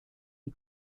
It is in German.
die